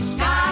Sky